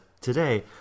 today